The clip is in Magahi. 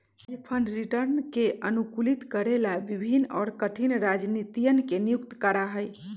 हेज फंड रिटर्न के अनुकूलित करे ला विभिन्न और कठिन रणनीतियन के नियुक्त करा हई